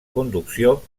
conducció